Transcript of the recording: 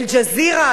"אל ג'זירה",